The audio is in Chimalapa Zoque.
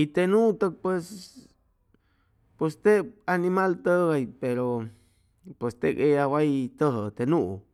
y te nuu tʉg tep pues tep animal tʉgay pero pues teg ella way tʉjʉʉ te nuu